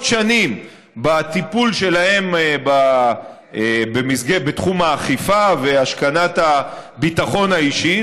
שנים בטיפול שלהם בתחום האכיפה והשכנת הביטחון האישי.